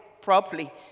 properly